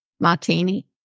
Martini